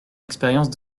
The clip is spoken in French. expérience